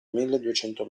milleduecento